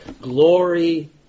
Glory